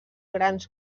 grans